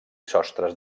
sostres